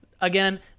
again